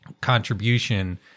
contribution